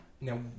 now